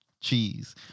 Cheese